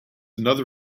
another